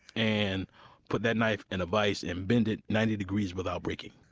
and put that knife in a vice and bend it ninety degrees without breaking